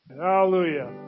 Hallelujah